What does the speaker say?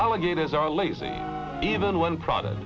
alligators are lazy even when prod